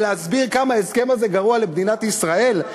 ולהסביר כמה ההסכם הזה גרוע למדינת ישראל?